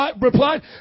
replied